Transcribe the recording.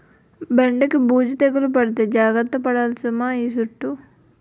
బెండకి బూజు తెగులు పడితే జాగర్త పడాలి సుమా ఈ సుట్టూ